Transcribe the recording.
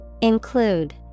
include